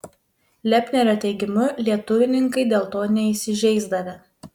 lepnerio teigimu lietuvininkai dėl to neįsižeisdavę